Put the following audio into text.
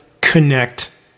Connect